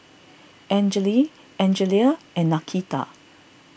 Angele Angelia and Nakita